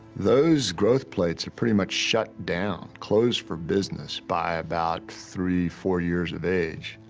those growth plates are pretty much shut down, closed for business, by about three, four years of age.